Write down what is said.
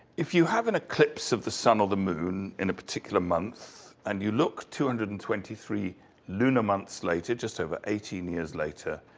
if you have an eclipse of the sun or the moon, in a particular month. and you look two hundred and twenty three lunar months later, just over eighteen years later,